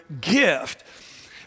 gift